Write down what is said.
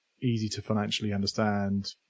easy-to-financially-understand